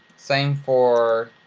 same for